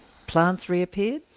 plants reappeared?